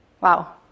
Wow